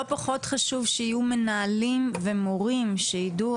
לא פחות חשוב שיהיו מנהלים ומורים שיידעו